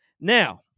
Now